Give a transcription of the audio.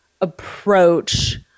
approach